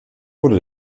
wurde